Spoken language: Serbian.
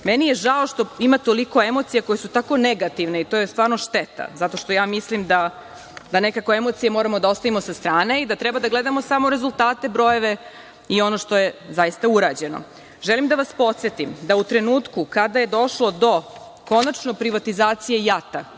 meni je žao što ima toliko emocija koje su tako negativne i to je stvarno šteta zato što ja mislim da nekako emocije moramo da ostavimo sa strane i da treba da gledamo samo rezultate, brojeve i ono što je zaista urađeno. Želim da vas podsetim da u trenutku kada je došlo do konačno privatizacije JAT,